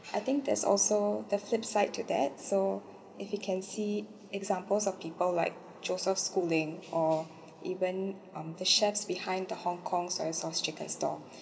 I think there's also the flip side to that so if you can see examples of people like joseph schooling or even um the chefs behind the hong kong soy sauce chicken stalls